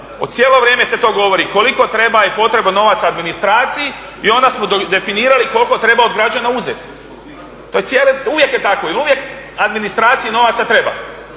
Cijelo vrijeme se to govori, koliko je potrebno novaca administraciji i onda smo definirali koliko treba od građana uzeti. Uvijek je tako jer uvijek administraciji novaca treba.